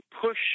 push